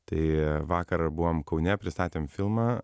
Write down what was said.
tai vakar buvom kaune pristatėm filmą